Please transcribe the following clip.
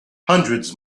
hundreds